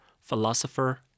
philosopher